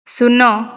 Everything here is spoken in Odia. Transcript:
ଶୂନ